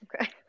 Okay